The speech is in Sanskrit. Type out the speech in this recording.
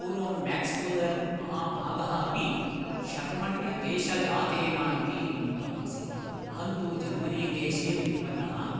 पूर्वं मैक्स् मूल्लर् महाभागः अपि शर्मण्यदेशजातेन इति उक्तम् आसीत् अहं तु जर्मनी देशे उत्पन्नः